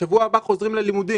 ששבוע הבא חוזרים ללימודים.